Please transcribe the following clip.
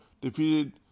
defeated